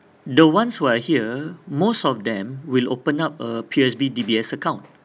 the ones who are here most of them will open up a P_O_S_B D_B_S account